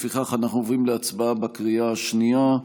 לפיכך אנחנו עוברים להצבעה בקריאה השנייה,